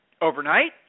overnight